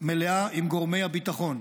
מלאה עם גורמי הביטחון.